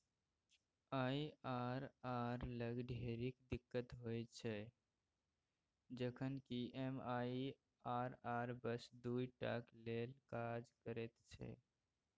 IRR लग ढेरिक दिक्कत होइत छै जखन कि एम.आई.आर.आर बस दुइ टाक लेल काज करैत छै